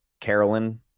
Carolyn